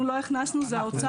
אנחנו לא הכנסנו, זה האוצר.